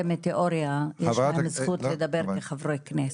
מתיאוריה יש להם זכות לדבר לחברי הכנסת.